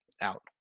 out